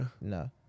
No